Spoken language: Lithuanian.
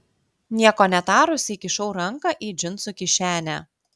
nieko netarusi įkišau ranką į džinsų kišenę